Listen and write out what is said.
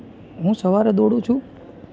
હું સવારે દોડું છું